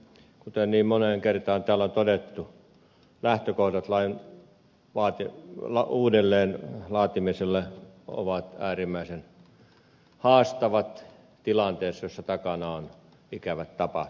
kuten niin moneen kertaan täällä on todettu lähtökohdat lain uudelleen laatimiselle ovat äärimmäisen haastavat tilanteessa jossa takana ovat ikävät tapahtumat